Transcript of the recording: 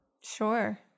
Sure